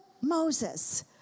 Moses